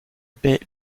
baie